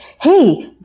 hey